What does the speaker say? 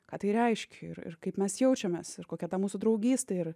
ką tai reiškia ir ir kaip mes jaučiamės ir kokia ta mūsų draugystė ir